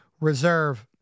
Reserve